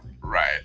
Right